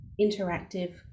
interactive